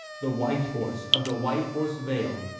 the white horse of the white horse vale,